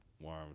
Worms